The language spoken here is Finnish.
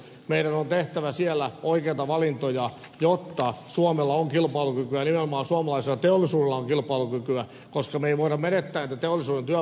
meidän on tehtävä siellä oikeita valintoja jotta suomella on kilpailukykyä nimenomaan suomalaisella teollisuudella on kilpailukykyä koska me emme voi menettää niitä teollisuuden työpaikkoja